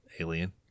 alien